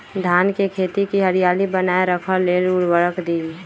धान के खेती की हरियाली बनाय रख लेल उवर्रक दी?